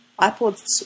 iPods